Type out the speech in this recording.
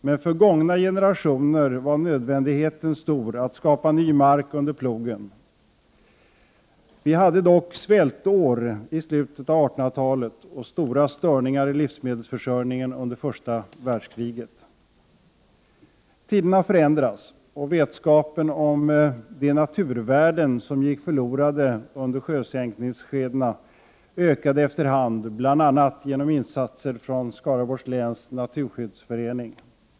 Men för gångna generationer var nödvändigheten att skapa ny mark under plogen stor. Vi hade dock svältår i slutet av 1800-talet och svåra störningar i livsmedelsförsörjningen under första världskriget. Tiderna förändras och vetskapen om de naturvärden som gick förlorade under dessa sjösänkningsskeden ökade efter hand, bl.a. genom insatser från Skaraborgs läns naturskyddsförening.